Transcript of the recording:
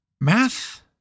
math